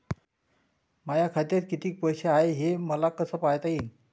माया खात्यात कितीक पैसे हाय, हे मले कस पायता येईन?